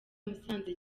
musanze